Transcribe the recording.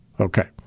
Okay